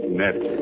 net